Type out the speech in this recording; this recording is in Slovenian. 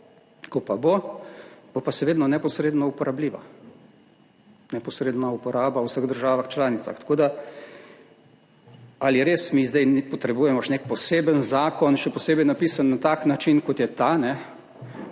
Ko pa bo, bo pa še vedno neposredno uporabljiva, neposredna uporaba v vseh državah članicah. Ali res mi zdaj potrebujemo nek poseben zakon, še posebej napisan na tak način, kot je ta. Pred